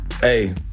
Hey